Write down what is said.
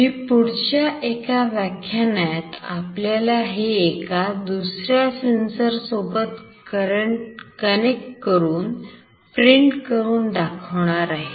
मी पुढच्या एका व्याख्यानात आपल्याला हे एका दुसऱ्या sensor सोबत कनेक्ट करून प्रिंट करून दाखवणार आहे